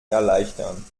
erleichtern